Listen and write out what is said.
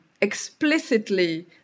explicitly